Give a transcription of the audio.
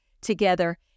together